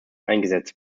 eingesetzt